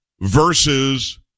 versus